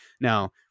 Now